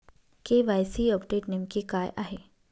KYC update नेमके काय आहे?